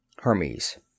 Hermes